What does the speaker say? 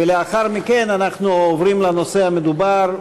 ולאחר מכן אנחנו עוברים לנושא המדובר,